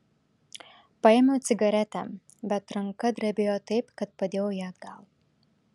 paėmiau cigaretę bet ranka drebėjo taip kad padėjau ją atgal